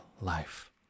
life